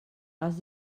els